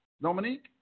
Dominique